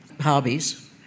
hobbies